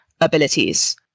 abilities